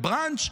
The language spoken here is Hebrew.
לבראנץ',